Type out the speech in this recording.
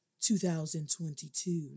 2022